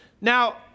Now